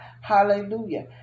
Hallelujah